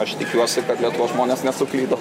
aš tikiuosi kad lietuvos žmonės nesuklydo